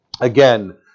again